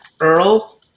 earl